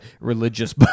religious